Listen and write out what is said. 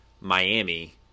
Miami